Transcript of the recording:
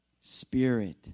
Spirit